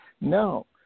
No